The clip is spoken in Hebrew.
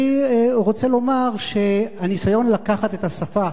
אני רוצה לומר שהניסיון לקחת את השפה